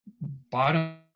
bottom